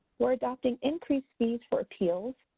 we're adopting increased fees for appeals.